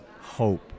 Hope